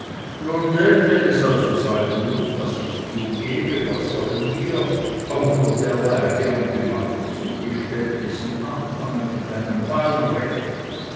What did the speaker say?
nun denn wenn es also sein muß was ich zugebe was sollen wir auch unter derlei gern gemachten zugeständnissen anfangen mit einem wahlrecht